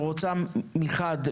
שמחד,